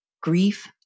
grief